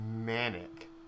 manic